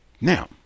now